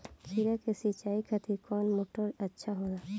खीरा के सिचाई खातिर कौन मोटर अच्छा होला?